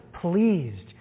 pleased